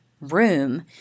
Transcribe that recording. room